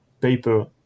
paper